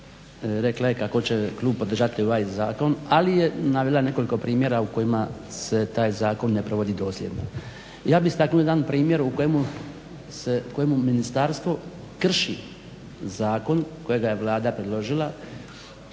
rekla je kako će klub podržati ovaj zakon, ali je navela nekoliko primjera u kojima se taj zakon ne provodi dosljedno. Ja bih istaknuo jedan primjer u kojemu Ministarstvo krši zakon kojega je Vlada predložila